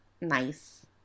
nice